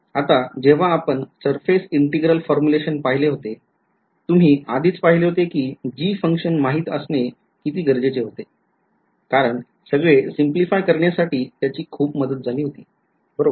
आता जेव्हा आपण surface integral formulation पहिले होते तुम्ही आधीच पहिले होते कि g function माहिती असणे किती गरजेचे होते कारण सगळे सिम्प्लिफाय करण्यासाठी त्याची खूप मदत झाली होती बरोबर